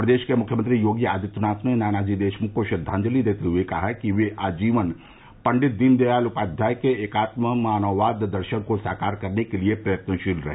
प्रदेश के मुख्यमंत्री योगी आदित्यनाथ ने नानाजी देशमुख को श्रद्वांजलि देते हए कहा कि वह आजीवन पंडित दीनदयाल उपाध्याय के एकात्म मानववाद दर्शन को साकार करने के लिये प्रयत्नशील रहे